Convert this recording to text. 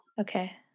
Okay